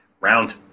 round